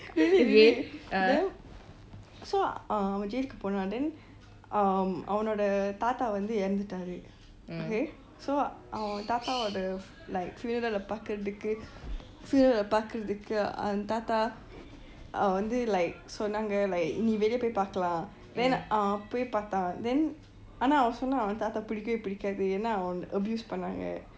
really really so uh அவன்:avan jail கு போனான்:ku poonan then um அவனோட தாத்தா வந்து இறந்துட்டாரு:avanoda taattaa vantu ilantutaru okay so அவன் தாத்தாவொடு:avan taattaavotu like funeral பார்க்கிறதுக்கு:paarkkuratuku funeral பார்க்கிறதுக்கு அவன் தாத்தா வந்து:paarkkuratuku avan taattaa vantu like சொன்னாங்க:chonnaga like நீ வெளியே போய் பார்கலாம்:nee veleeye pooi paarkkalam then um போய் பார்த்தான்:pooi partaan then ஆனால் அவன் சொன்னான் அவன் தாத்தா பிடிக்கவே பிடிக்காது ஏன்னா அவன்:aanaal avan chonaan avan taattaa pitikave pitikaatu abuse பன்னுனாங்க:paanaanga